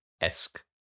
esque